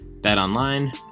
BetOnline